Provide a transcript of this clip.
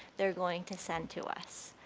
they're going to send to us.